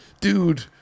dude